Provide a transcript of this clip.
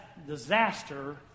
disaster